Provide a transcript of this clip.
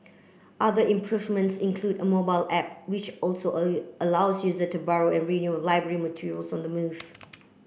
other improvements include a mobile app which also a allows user to borrow and renew library materials on the move